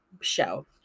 show